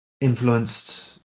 influenced